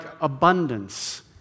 abundance